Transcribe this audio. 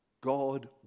God